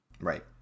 Right